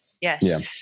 Yes